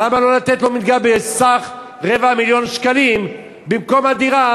למה לא לתת לו מלגה בסך רבע מיליון שקלים במקום זה?